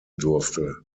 durfte